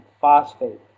phosphate